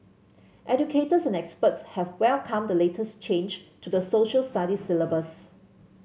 educators and experts have welcomed the latest change to the Social Studies syllabus